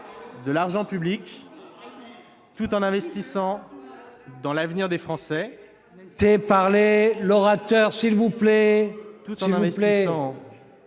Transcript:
de l'argent public, tout en investissant dans l'avenir des Français,